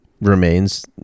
remains